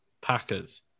Packers